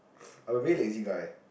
I am a very lazy guy